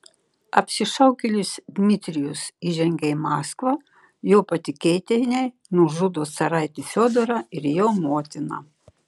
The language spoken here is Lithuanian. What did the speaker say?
apsišaukėlis dmitrijus įžengia į maskvą jo patikėtiniai nužudo caraitį fiodorą ir jo motiną